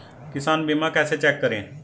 किसान बीमा कैसे चेक करें?